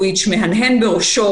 עכשיו פרופ' בנטואיץ’ מהנהן בראשו,